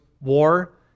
war